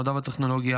המדע והטכנולוגיה,